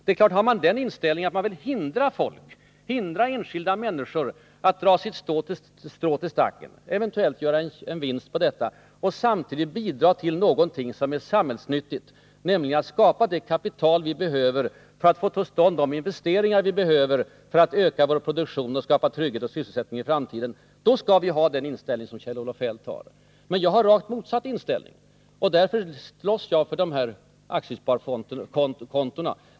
Men har man den inställningen — att man vill hindra enskilda människor att dra sina strån till stacken, att eventuellt göra en vinst på detta och samtidigt bidra till något som är samhällsnyttigt, nämligen att skapa det kapital vi behöver för att vi skall få till stånd de investeringar som är nödvändiga för att öka produktionen och skapa trygghet och sysselsättning i framtiden — då skall man naturligtvis instämma i den uppfattning som Kjell-Olof Feldt för fram. Men jag har en motsatt inställning, och därför slåss jag för de här aktiesparfondskontona.